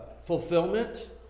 fulfillment